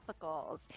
Tropicals